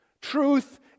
Truth